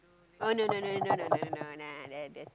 oh no no no no no no nah that that